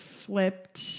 Flipped